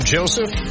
Joseph